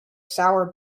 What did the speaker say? sour